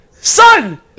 Son